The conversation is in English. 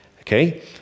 okay